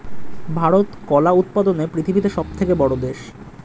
ভারত কলা উৎপাদনে পৃথিবীতে সবথেকে বড়ো দেশ